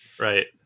Right